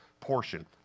portion